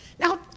Now